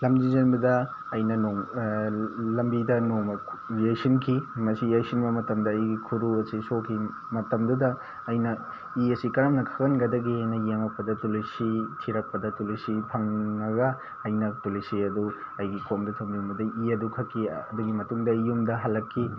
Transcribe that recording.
ꯂꯝꯖꯦꯟ ꯆꯦꯟꯕꯗ ꯑꯩꯅ ꯅꯣꯡꯃ ꯂꯝꯕꯤꯗ ꯅꯣꯡꯃ ꯌꯩꯁꯤꯟꯈꯤ ꯃꯁꯤ ꯌꯩꯁꯤꯟꯕ ꯃꯇꯝꯗ ꯑꯩ ꯈꯨꯔꯨ ꯑꯁꯤ ꯁꯣꯛꯈꯤ ꯃꯇꯝꯗꯨꯗ ꯑꯩꯅ ꯏ ꯑꯁꯤ ꯀꯔꯝꯅ ꯈꯛꯍꯟꯒꯗꯒꯦ ꯑꯩꯅ ꯌꯦꯡꯂꯛꯄ ꯇꯨꯜꯂꯁꯤ ꯊꯤꯔꯛꯄꯗ ꯇꯨꯜꯂꯁꯤ ꯐꯪꯉꯒ ꯑꯩꯅ ꯇꯨꯜꯂꯁꯤ ꯑꯗꯨ ꯑꯩꯒꯤ ꯈꯣꯡꯗ ꯊꯣꯝꯖꯤꯟꯕꯗꯩ ꯏ ꯑꯗꯨ ꯈꯛꯀꯤ ꯑꯗꯨꯒꯤ ꯃꯇꯨꯡꯗꯩ ꯌꯨꯝꯗ ꯍꯜꯂꯛꯈꯤ